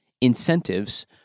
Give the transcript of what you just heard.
incentives